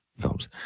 films